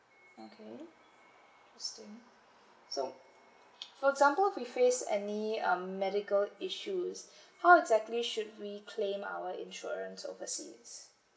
okay interesting so for example if we face any um medical issues how exactly should we claim our insurance overseas